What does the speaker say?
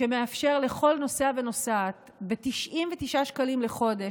ומאפשר לכל נוסע ונוסעת ב-99 שקלים לחודש